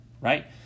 right